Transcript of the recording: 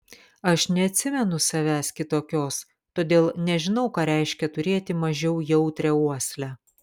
aš neatsimenu savęs kitokios todėl nežinau ką reiškia turėti mažiau jautrią uoslę